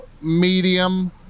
medium